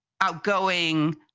outgoing